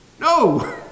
No